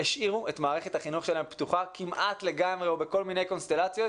השאירו את מערכת החינוך שלהם פתוחה כמעט לגמרי או בכל מיני קונסטלציות,